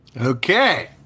Okay